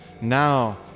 Now